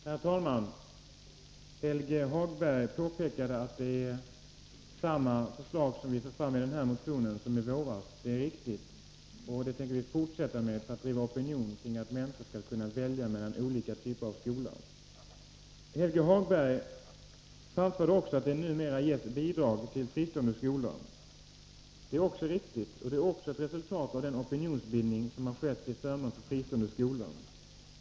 Herr talman! Helge Hagberg påpekade att det är samma förslag vi nu för fram i den här motionen som vi förde fram i våras. Det är riktigt, och vi tänker fortsätta med det för att driva opinion för att människor skall kunna välja mellan olika typer av skola. Helge Hagberg framförde också att det numera ges bidrag till fristående skolor. Det är också riktigt, och det är ett resultat av den opinionsbildning som skett till förmån för fristående skolor.